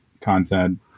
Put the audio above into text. content